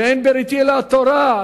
ואין "בריתי" אלא התורה.